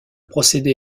procédé